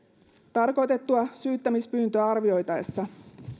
tarkoitettua syyttämispyyntöä arvioitaessa